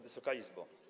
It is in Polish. Wysoka Izbo!